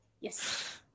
Yes